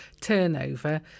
turnover